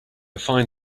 find